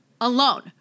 alone